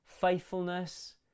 faithfulness